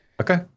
Okay